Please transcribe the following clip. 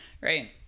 right